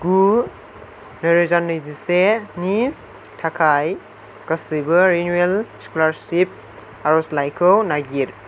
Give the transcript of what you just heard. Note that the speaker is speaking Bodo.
गु नैरोजा नैजिसेनि थाखाय गासिबो रिनिउयेल स्कलारसिप आर'जलाइखौ नागिर